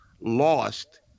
lost